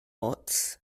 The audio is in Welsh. ots